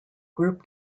group